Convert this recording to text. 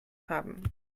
haben